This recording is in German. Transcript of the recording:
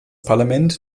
parlament